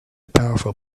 powerful